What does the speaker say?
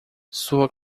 sua